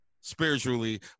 spiritually